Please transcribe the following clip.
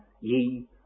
ye